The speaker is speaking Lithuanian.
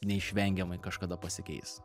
neišvengiamai kažkada pasikeis